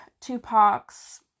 Tupac's